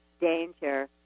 danger